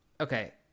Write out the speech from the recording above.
okay